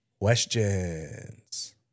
Questions